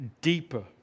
deeper